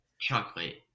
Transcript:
chocolate